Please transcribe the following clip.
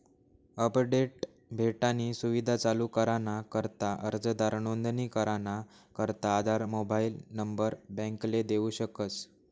update भेटानी सुविधा चालू कराना करता अर्जदार नोंदणी कराना करता आधार मोबाईल नंबर बॅकले देऊ शकस